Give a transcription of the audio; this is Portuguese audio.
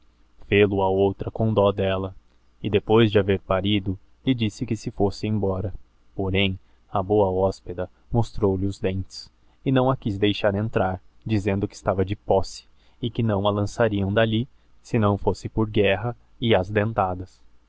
fêlo a outra com dó lhe delia e depois de haver parido disse que se fosse embora porém a boa hospeda raostrou lhe os dentes e não a quiz deixar entrar dizendo que estava de posse e que não a lancarião dalli senão fosse por guerra e ás